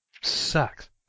sucks